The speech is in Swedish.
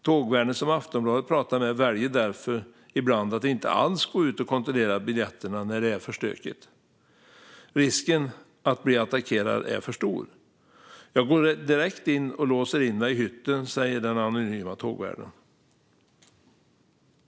Tågvärden som Aftonbladet pratat med väljer därför ibland att inte alls gå ut och kontrollera biljetterna när det är stökigt. Risken att bli attackerad är för stor. - Jag går direkt in och låser in mig i hytten, säger den anonyma tågvärden."